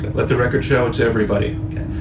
but let the record show it's everybody. okay.